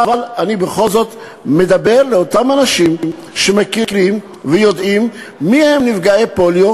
אבל אני בכל זאת מדבר אל אותם אנשים שמכירים ויודעים מי הם נפגעי פוליו.